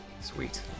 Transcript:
Sweet